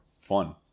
fun